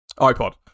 iPod